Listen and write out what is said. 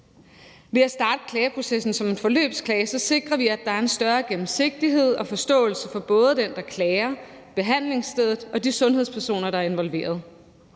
Ved at starte klageprocessen som en forløbsklage sikrer vi, at der er en større gennemsigtighed og forståelse for både den, der klager, behandlingsstedet og de sundhedspersoner, der er involveret.